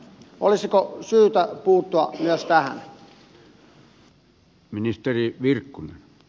olisiko syytä puuttua myös tähän